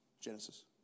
Genesis